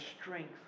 strength